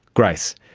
grace.